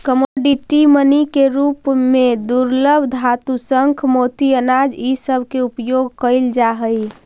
commodity money के रूप में दुर्लभ धातु शंख मोती अनाज इ सब के उपयोग कईल जा हई